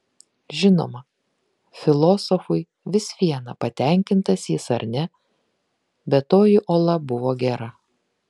žinoma filosofui vis viena patenkintas jis ar ne bet toji ola buvo gera